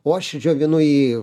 o aš džiovinu jį